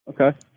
Okay